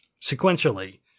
sequentially